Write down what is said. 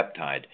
peptide